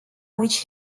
which